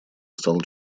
стал